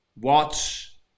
watch